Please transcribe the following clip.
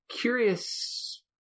curious